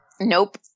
nope